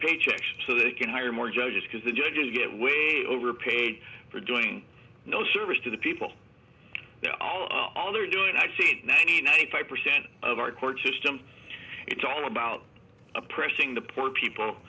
paychecks so they can hire more judges because the judges get way overpaid for doing no service to the people all they're doing i see ninety ninety five percent of our court system it's all about oppressing the poor people